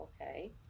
Okay